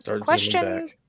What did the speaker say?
Question